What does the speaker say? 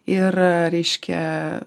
ir reiškia